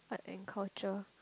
art and culture